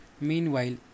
Meanwhile